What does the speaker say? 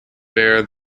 bear